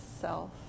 self